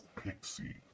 pixie